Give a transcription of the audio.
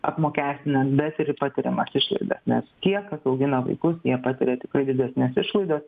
apmokestinant bet ir į patiriamas išlaidas nes tie kas augina vaikus jie patiria tikrai didesnes išlaidas